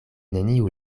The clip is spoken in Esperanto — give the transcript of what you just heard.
neniu